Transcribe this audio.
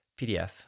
PDF